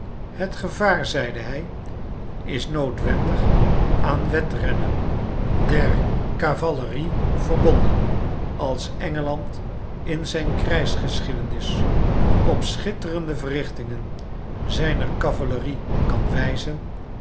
het gevaar zeide hij is noodwendig aan wedrennen der cavalerie verbonden als engeland in zijn